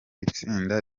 itsinda